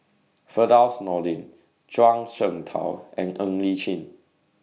Firdaus Nordin Zhuang Shengtao and Ng Li Chin